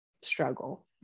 struggle